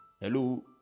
Hello